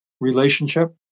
relationship